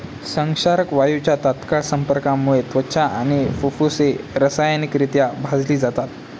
संक्षारक वायूच्या तात्काळ संपर्कामुळे त्वचा आणि फुफ्फुसे रासायनिकरित्या भाजली जातात